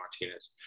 Martinez